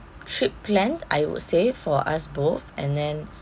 trip planned I would say for us both and then